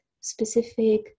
specific